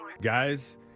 Guys